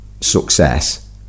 success